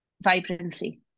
vibrancy